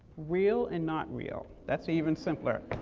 real and not real, that's even simpler.